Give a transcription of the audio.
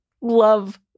love